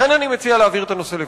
לכן אני מציע להעביר את הנושא לוועדה.